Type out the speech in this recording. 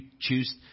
choose